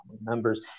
members